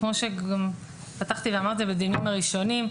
כמו שאמרתי בדיונים הראשונים,